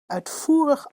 uitvoerig